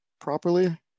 properly